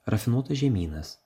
rafinuotas žemynas